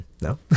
No